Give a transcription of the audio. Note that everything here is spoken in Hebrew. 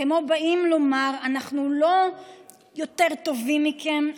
כמו באים לומר: אנחנו לא יותר טובים מכם,